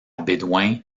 bédoin